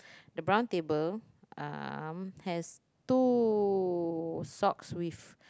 the brown table um has two socks with